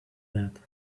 that